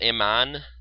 Iman